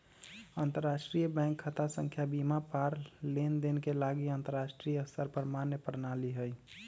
अंतरराष्ट्रीय बैंक खता संख्या सीमा पार लेनदेन के लागी अंतरराष्ट्रीय स्तर पर मान्य प्रणाली हइ